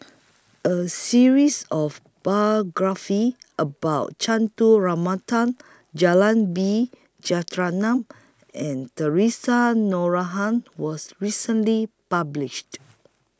A series of biographies about Ramanathan B Jeyaretnam and Theresa Noronha was recently published